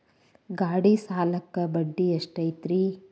ಗಾಡಿ ಸಾಲಕ್ಕ ಬಡ್ಡಿ ಎಷ್ಟೈತ್ರಿ?